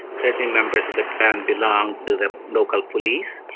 certain members of the clan belong to the local police,